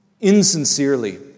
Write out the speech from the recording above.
insincerely